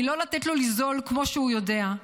לא לתת לו לנזול כמו שהוא יודע.